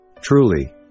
Truly